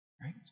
Right